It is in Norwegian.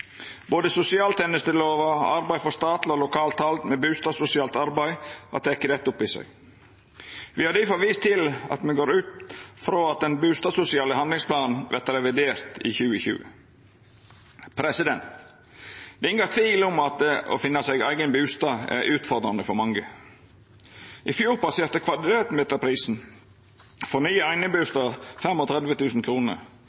Både sosialtenestelova, arbeidet for statleg og lokalt bustadsosialt arbeid tek dette opp i seg. Me har difor vist til at me går ut frå at den bustadsosiale handlingsplanen vert revidert i 2020. Det er ingen tvil om at det å finna seg eigen bustad er utfordrande for mange. I fjor passerte kvadratmeterprisen for nye